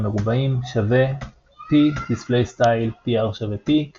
= p \displaystyle \Pr=p .